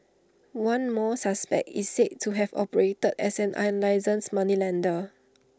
one more suspect is said to have operated as an unlicensed moneylender